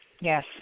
Yes